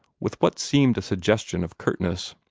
with what seemed a suggestion of curtness.